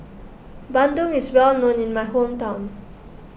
Bandung is well known in my hometown